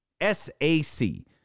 S-A-C